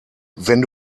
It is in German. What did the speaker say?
wenn